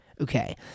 Okay